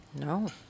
No